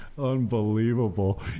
Unbelievable